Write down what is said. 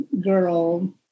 girl